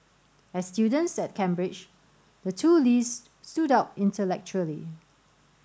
as students at Cambridge the two Lees stood out intellectually